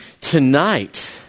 Tonight